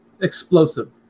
explosive